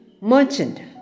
Merchant